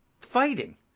fighting